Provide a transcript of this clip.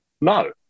No